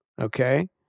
Okay